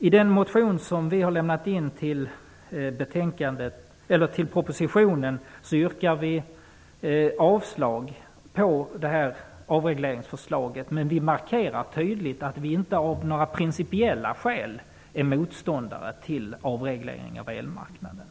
I den motion som vi har väckt med anledning av propositionen yrkar vi avslag på avregleringsförslaget, men vi markerar tydligt att vi inte av några principiella skäl är motståndare mot avreglering av elmarknaden.